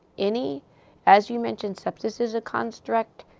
any as you mentioned, sepsis is a construct.